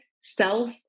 self